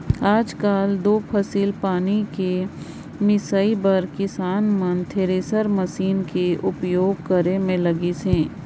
आएज काएल दो फसिल पानी कर मिसई बर किसान मन थेरेसर मसीन कर उपियोग करे मे लगिन अहे